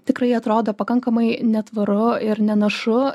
tikrai atrodo pakankamai netvaru ir nenašu